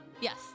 Yes